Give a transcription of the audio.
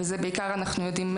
וזה בעיקר אנחנו יודעים,